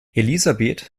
elisabeth